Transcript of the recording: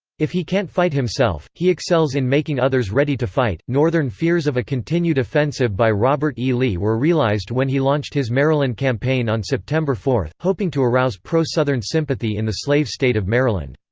if he can't fight himself, he excels in making others ready to fight. northern fears of a continued offensive by robert e. lee were realized when he launched his maryland campaign on september four, hoping to arouse pro-southern sympathy in the slave state of maryland.